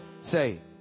say